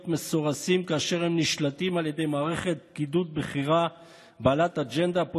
היא מכונת הנדסת תודעה שמשומנת בהרבה מאוד